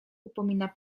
upomina